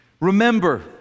Remember